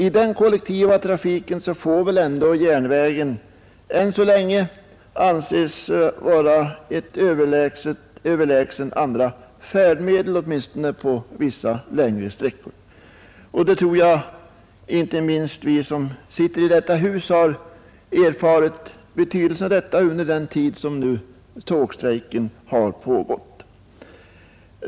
I den kollektiva trafiken får ändå järnvägen än så länge anses vara överlägsen andra färdmedel, åtminstone på vissa längre sträckor. Betydelsen av detta tror jag att inte minst vi som sitter i detta hus erfarit under den tid som tågstrejken pågått.